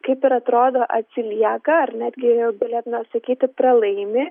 kaip ir atrodo atsilieka ar netgi galėtume sakyti pralaimi